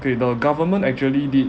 with the government actually did